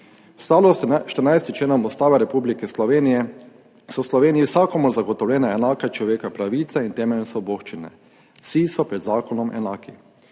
V skladu s 14. členom Ustave Republike Slovenije so v Sloveniji vsakomur zagotovljene enake človekove pravice in temeljne svoboščine. Vsi so pred zakonom enaki.